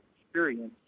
experience